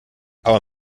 aber